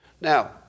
Now